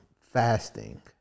fasting